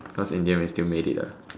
cause in the end we still made it ah